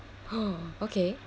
oh okay